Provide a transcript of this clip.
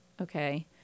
Okay